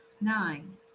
Nine